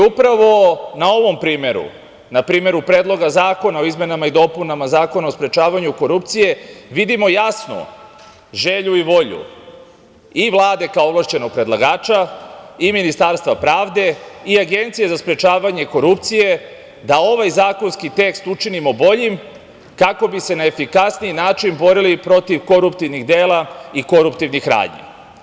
Upravo na ovom primeru, na primeru Predloga zakona o izmenama i dopunama Zakona o sprečavanju korupcije vidimo jasno želju i volju i Vlade, kao ovlašćenog predlagača, i Ministarstva pravde i Agencije za sprečavanje korupcije da ovaj zakonski tekst učinimo boljim kako bi se na efikasniji način borili protiv koruptivnih dela i koruptivnih radnji.